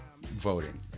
voting